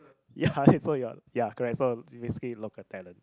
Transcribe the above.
ya so you're ya correct basically local talent